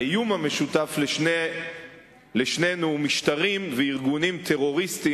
האיום המשותף על שנינו הוא משטרים וארגונים טרוריסטיים